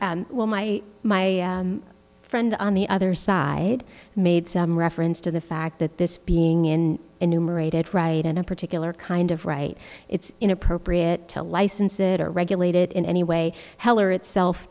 well my my friend on the other side made some reference to the fact that this being in enumerated right in a particular kind of right it's inappropriate to license it or regulated in any way heller itself